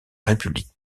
république